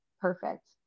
perfect